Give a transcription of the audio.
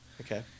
Okay